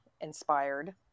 inspired